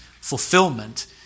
fulfillment